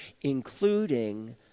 including